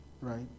right